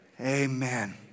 Amen